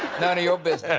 none of your business.